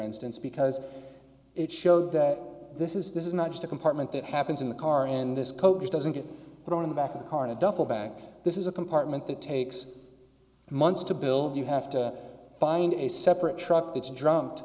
instance because it showed that this is this is not just a compartment that happens in the car and this code doesn't get thrown in the back of a car in a duffel bag this is a compartment that takes months to build you have to find a separate truck each drum